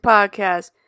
Podcast